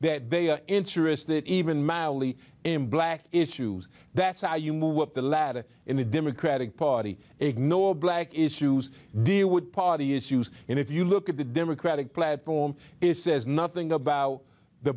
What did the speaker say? that they are interested even mildly in black issues that's how you move up the ladder in the democratic party ignore black issues deal with party issues and if you look at the democratic platform is says nothing about the